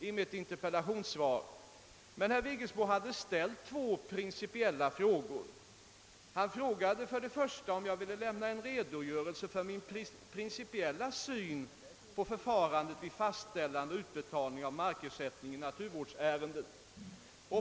Herr Vigelsbo hade emellertid ställt två principiella frågor. Han undrade först och främst om jag ville lämna en redogörelse för min principiella syn på förfarandet vid fastställande och utbetalning av markersättning i naturvårdsärenden.